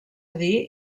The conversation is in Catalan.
dir